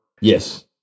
Yes